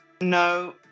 no